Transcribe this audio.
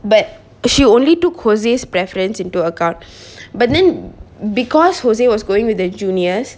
but she only took jose preference into account but then because jose was going with the juniors